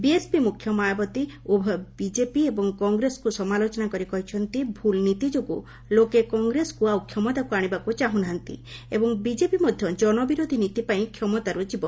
BSP ମୁଖ୍ୟ ମାୟାବତୀ ଉଭୟ BJP ଏବଂ କଂଗ୍ରେସକୁ ସମାଲୋଚନା କରି କହିଛନ୍ତି ଭୁଲ୍ ନୀତି ଯୋଗୁଁ ଲୋକେ କଂଗ୍ରେସକୁ ଆଉ କ୍ଷମତାକୁ ଆଣିବାକୁ ଚାହୁଁ ନାହାନ୍ତି ଏବଂ ବିଜେପି ମଧ୍ୟ ଜନବିରୋଧୀ ନୀତି ପାଇଁ କ୍ଷମତାରୁ ଯିବ